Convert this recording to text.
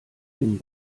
bin